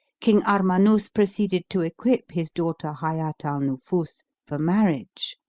king armanus proceeded to equip his daughter hayat al-nufus for marriage,